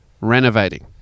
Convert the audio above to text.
renovating